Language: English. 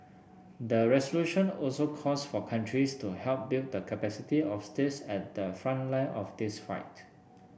the resolution also calls for countries to help build the capacity of states at the front line of this fight